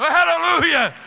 Hallelujah